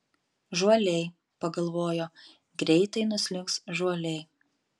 žuoliai pagalvojo greitai nuslinks žuoliai